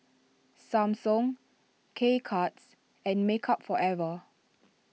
Samsung K Cuts and Makeup Forever